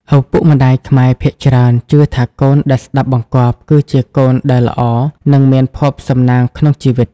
ឪពុកម្តាយខ្មែរភាគច្រើនជឿថាកូនដែលស្ដាប់បង្គាប់ គឺជាកូនដែល "ល្អ" និង "មានភ័ព្វសំណាង" ក្នុងជីវិត។